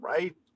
Right